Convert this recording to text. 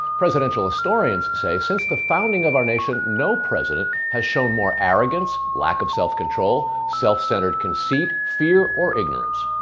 presidential historians say since the founding of our nation no president has shown more arrogance, lack of self control, self-centered conceit, fear or ignorance.